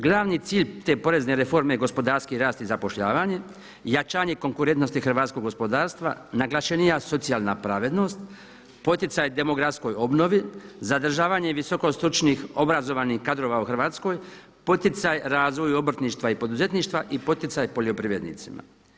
Glavni cilj te porezne reforme je gospodarski rast i zapošljavanje, jačanje konkurentnosti hrvatskog gospodarstva, naglašenija socijalna pravednost, poticaj demografskoj obnovi, zadržavanje visoko stručnih obrazovanih kadrova u Hrvatskoj, poticaj razvoju obrtništva i poduzetništva i poticaj poljoprivrednicima.